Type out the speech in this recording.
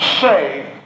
say